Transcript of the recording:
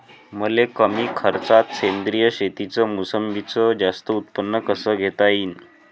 मले कमी खर्चात सेंद्रीय शेतीत मोसंबीचं जास्त उत्पन्न कस घेता येईन?